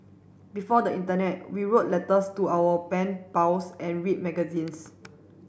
before the internet we wrote letters to our pen pals and read magazines